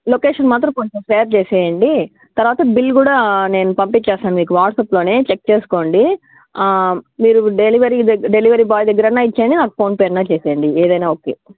location మాత్రం కొంచెం share చెయ్యండి తరువాత బిల్ కూడా నేను పంపిస్తాను మీకు వాట్సాప్లోనే చెక్ చేసుకోండి మీరు డెలివరీ దగ్గ డెలివరీ బాయ్ దగ్గర అయినా ఇచ్చెయ్యండి నాకు ఫోన్పే అయినా చెయ్యండి ఏదైనా ఓకే